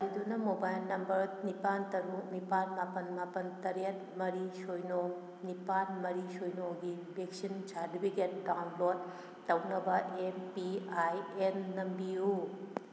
ꯆꯥꯟꯕꯤꯗꯨꯅ mobile number ꯅꯤꯄꯥꯟꯜ ꯇꯔꯨꯛ ꯅꯤꯄꯥꯜ ꯃꯥꯄꯜ ꯃꯥꯄꯜ ꯇꯔꯦꯠ ꯃꯔꯤ ꯁꯤꯅꯣ ꯅꯤꯄꯥꯜ ꯃꯔꯤ ꯁꯤꯅꯣꯒꯤ ꯚꯦꯛꯁꯤꯟ ꯁꯥꯔꯇꯤꯐꯤꯀꯦꯠ ꯗꯥꯎꯟꯂꯣꯗ ꯇꯧꯅꯕ ꯑꯦꯝ ꯄꯤ ꯑꯥꯏ ꯑꯦꯟ ꯅꯝꯕꯤꯎ